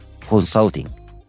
consulting